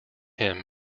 him